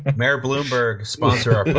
mayor bloomberg, sponsor our but